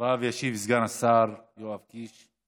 אחרי כן ישיב סגן השר יואב קיש.